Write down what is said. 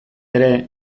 ere